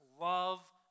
love